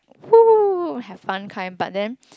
woo have fun kind but then